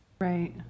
Right